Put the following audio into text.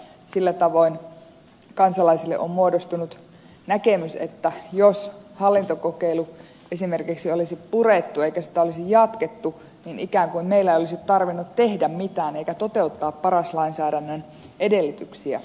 sillä tavoin kansalaisille on muodostunut näkemys että jos hallintokokeilu esimerkiksi olisi purettu eikä sitä olisi jatkettu niin ikään kuin meillä ei olisi tarvinnut tehdä mitään eikä toteuttaa paras lainsäädännön edellytyksiä